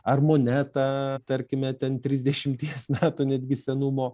ar monetą tarkime ten trisdešimties metų netgi senumo